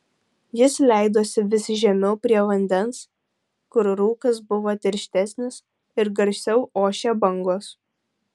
jis leidosi vis žemiau prie vandens kur rūkas buvo tirštesnis ir garsiau ošė bangos